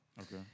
Okay